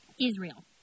Israel